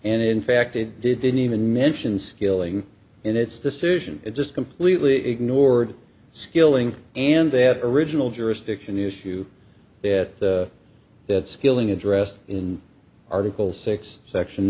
and in fact it didn't even mention skilling in its decision it just completely ignored skilling and that original jurisdiction issue that that skilling addressed in article six section